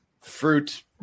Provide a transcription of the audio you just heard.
fruit